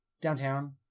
downtown